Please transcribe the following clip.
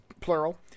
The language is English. plural